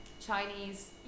Chinese